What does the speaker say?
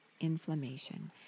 inflammation